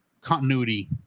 continuity